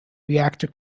reactor